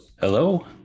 hello